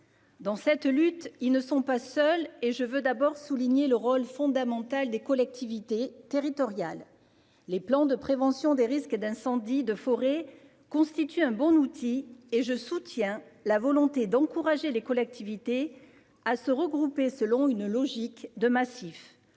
Dans cette lutte, ils ne sont pas seuls, et je veux d'abord souligner le rôle fondamental des collectivités territoriales. Les plans de prévention des risques d'incendies de forêt (PPRIF) constituent un bon outil et je soutiens la volonté d'encourager les collectivités à se regrouper selon une logique de massif.